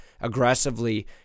aggressively